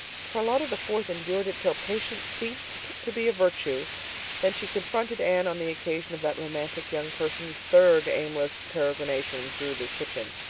charlotta the fourth endured it till patience ceased to be a virtue then she confronted anne on the occasion of that romantic young person's third aimless peregrination through the kitchen.